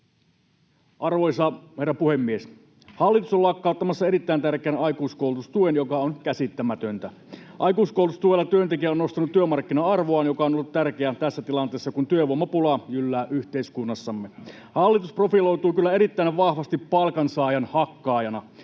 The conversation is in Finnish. Arvoisa herra puhemies! Hallitus on lakkauttamassa erittäin tärkeän aikuiskoulutustuen, mikä on käsittämätöntä. Aikuiskoulutustuella työntekijä on nostanut työmarkkina-arvoaan, mikä on ollut tärkeää tässä tilanteessa, kun työvoimapula jyllää yhteiskunnassamme. Hallitus profiloituu kyllä erittäin vahvasti palkansaajan hakkaajana,